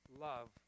love